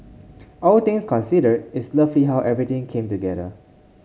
all things considered it's lovely how everything came together